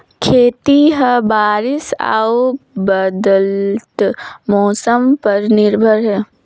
खेती ह बारिश अऊ बदलत मौसम पर निर्भर हे